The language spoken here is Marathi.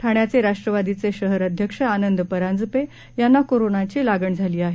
ठाण्याचे राष्ट्रवादीचे शहर अध्यक्ष आनंद परांजपे यांना कोरोनाची लागण झाली आहे